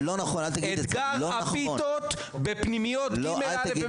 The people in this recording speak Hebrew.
אתגר הפיתות בפנימיות ג' א' ו-ב'.